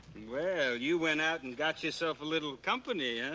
well, you went out and got yourself a little company,